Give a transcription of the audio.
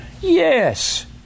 Yes